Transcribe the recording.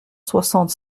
soixante